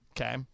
Okay